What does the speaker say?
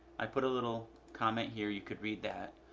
i put a little comment here you could read that.